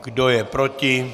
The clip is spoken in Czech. Kdo je proti?